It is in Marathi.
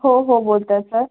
हो हो बोलत आहे सर